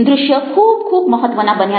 દ્રશ્ય ખૂબ ખૂબ મહત્ત્વના બન્યા છે